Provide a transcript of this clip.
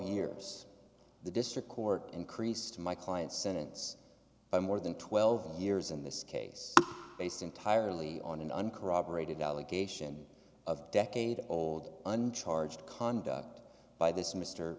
years the district court increased my client's sentence by more than twelve years in this case based entirely on an uncorroborated allegation of decade old uncharged conduct by this mr